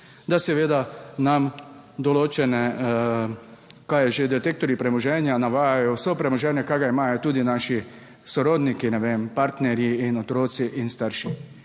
da seveda nam določene, kaj je že, detektorji premoženja navajajo vso premoženje, ki ga imajo tudi naši sorodniki, ne vem, partnerji in otroci in starši.